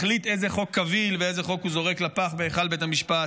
מחליט איזה חוק קביל ואיזה חוק הוא זורק לפח בהיכל בית המשפט.